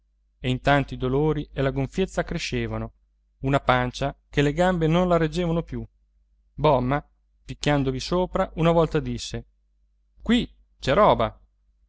e intanto i dolori e la gonfiezza crescevano una pancia che le gambe non la reggevano più bomma picchiandovi sopra una volta disse qui c'è roba